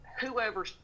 whoever